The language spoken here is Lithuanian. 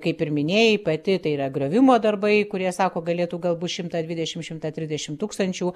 kaip ir minėjai pati tai yra griovimo darbai kurie sako galėtų galbūt šimtą dvidešimt šmtą trisdešimt tūkstančių